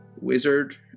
wizard